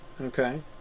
Okay